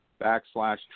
backslash